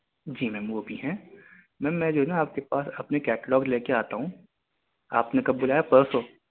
جی ma'am وہ بھی ہیں میم میں جو ہے نا آپ کے پاس اپنی کیٹلاگ لے کے آتا ہوں آپ نے کب بلایا پرسوں